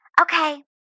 Okay